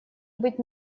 быть